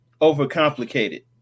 overcomplicated